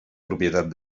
propietat